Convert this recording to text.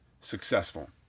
successful